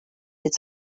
its